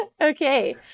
Okay